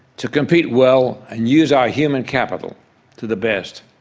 to compete well and use our human capital to the best,